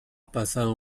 pasado